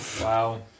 Wow